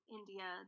India